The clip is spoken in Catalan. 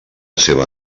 seva